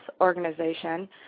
Organization